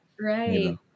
Right